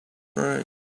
dry